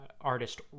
artist